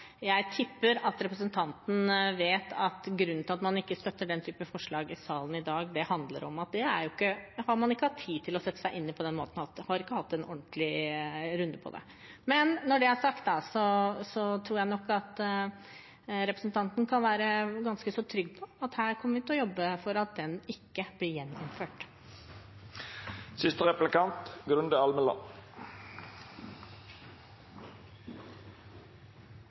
Jeg tipper at representanten vet at grunnen til at man ikke støtter den type forslag i salen i dag, handler om at man ikke har hatt tid til å sette seg inn i det, at man ikke har hatt en ordentlig runde på det. Når det er sagt, tror jeg nok at representanten kan være ganske trygg på at her kommer vi til å jobbe for at den ikke blir gjeninnført. Til det siste: